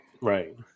Right